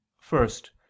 First